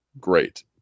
Great